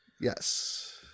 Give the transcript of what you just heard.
Yes